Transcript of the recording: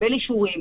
לקבל אישורים,